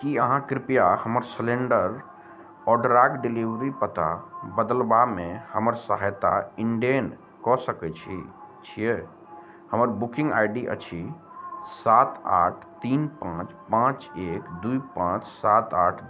कि अहाँ कृपया हमर सिलिण्डर ऑर्डरक डिलिवरी पता बदलबामे हमर सहायता ईन्डेन के सकय छी छियै हमर बुकिंग आई डी अछि सात आठ तीन पाँच पाँच एक द्वी पाँच सात आठ द्वी